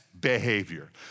behavior